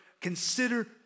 consider